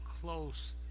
close